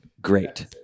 great